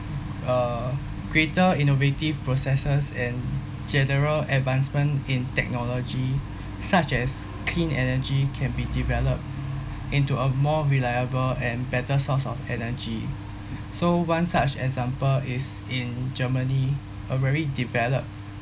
uh greater innovative processes and general advancement in technology such as clean energy can be developed into a more reliable and better source of energy so one such example is in germany a very developed